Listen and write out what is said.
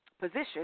position